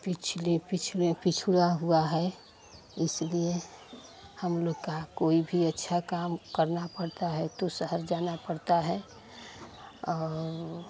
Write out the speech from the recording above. पिछड़ा हुआ है इसलिए हम लोग का कोई भी अच्छा काम करना पड़ता है तो शहर जाना पड़ता है और